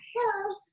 Hello